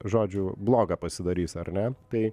žodžiu bloga pasidarys ar ne tai